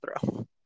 throw